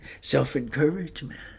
self-encouragement